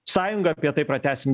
sąjunga apie tai pratęsim